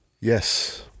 Yes